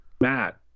matt